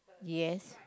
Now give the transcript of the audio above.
yes